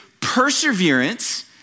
perseverance